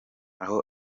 aho